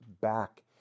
back